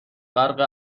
غرق